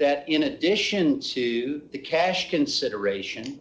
that in addition to the cash consideration